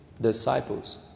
disciples